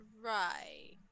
Right